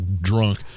drunk